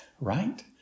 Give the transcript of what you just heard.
right